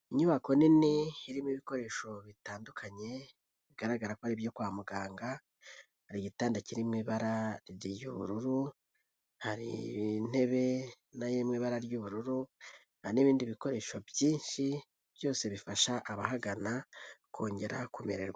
Inyubako nini irimo ibikoresho bitandukanye bigaragara ko ari ibyo kwa muganga, hari igitanda kiri mu ibara ry'ubururu, hari intebe nayo iri mu ibara ry'ubururu, hari n'ibindi bikoresho byinshi byose bifasha abahagana kongera kumererwa.